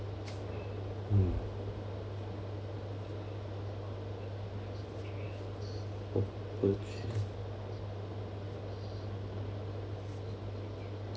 mm opportunity